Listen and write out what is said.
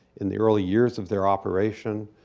in the early years of their operation,